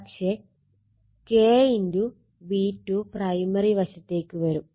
പക്ഷെ K V2 primary വശത്തേക്ക് വരും